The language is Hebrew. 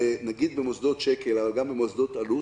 למשל במוסדות שק"ל אבל גם במוסדות אלו"ט,